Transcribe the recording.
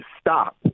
stop